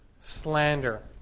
slander